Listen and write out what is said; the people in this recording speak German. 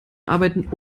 arbeiten